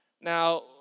Now